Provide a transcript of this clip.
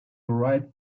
write